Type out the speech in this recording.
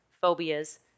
phobias